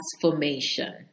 transformation